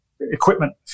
equipment